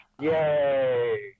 yay